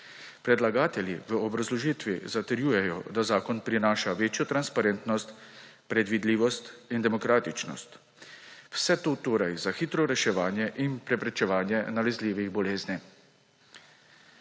Predlagatelji v obrazložitvi zatrjujejo, da zakon prinaša večjo transparentnost, predvidljivost in demokratičnost. Vse to torej za hitro reševanje in preprečevanje nalezljivih bolezni.